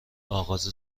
اغاز